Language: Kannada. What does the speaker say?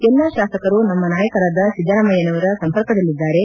ಎಲ್ಲಾ ಶಾಸಕರು ನಮ್ಮ ನಾಯಕರಾದ ಸಿದ್ದರಾಮಯ್ಥನವರ ಸಂಪರ್ಕದಲ್ಲಿದ್ದಾರೆ